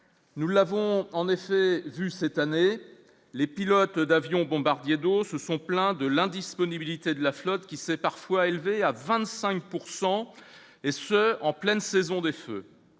Nous l'avons en effet vu cette année, les pilotes d'avions bombardiers d'eau se sont plaints de l'indisponibilité de la flotte qui s'est parfois élevé à 25 pourcent, et ce en pleine saison des feux